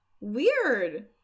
Weird